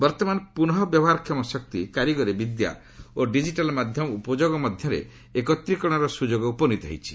ବର୍ତ୍ତମାନ ପୁନଃ ବ୍ୟବହାରକ୍ଷମ ଶକ୍ତି କାରିଗରୀ ବିଦ୍ୟା ଓ ଡିକିଟାଲ୍ ମାଧ୍ୟମ ଉପଯୋଗ ମଧ୍ୟରେ ଏକତ୍ରୀକରଣର ସୁଯୋଗ ଉପନୀତ ହୋଇଛି